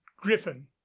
griffin